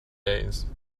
days